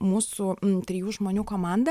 mūsų trijų žmonių komanda